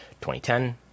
2010